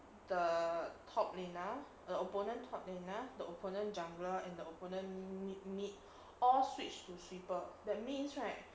the top lillia the opponent top lillia the opponent jungler and the opponent met met all switch to sweeper that means right